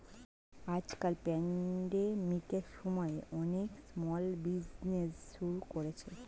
আজকাল প্যান্ডেমিকের সময়ে অনেকে স্মল বিজনেজ শুরু করেছে